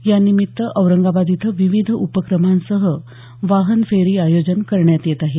यानिमित्त औरंगाबाद इथं विविध उपक्रमांसह वाहनफेरीचं आयोजन करण्यात येत आहे